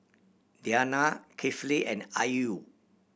Diyana Kifli and Ayu